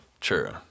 True